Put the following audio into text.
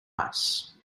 ice